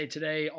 Today